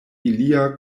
ilia